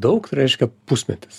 daug reiškia pusmetis